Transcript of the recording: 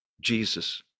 Jesus